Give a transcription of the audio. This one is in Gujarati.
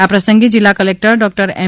આ પ્રસંગે જિલ્લા ક્લેક્ટર ડોક્ટર એમ